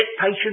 patience